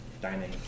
dining